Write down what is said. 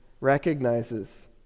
recognizes